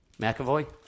McAvoy